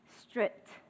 Stripped